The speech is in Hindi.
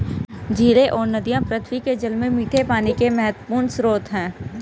झीलें और नदियाँ पृथ्वी के जल में मीठे पानी के महत्वपूर्ण स्रोत हैं